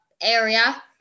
area